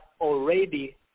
already